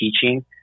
teaching